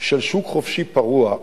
של שוק חופשי פרוע,